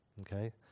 okay